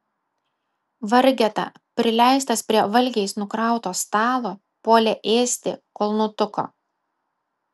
vargeta prileistas prie valgiais nukrauto stalo puolė ėsti kol nutuko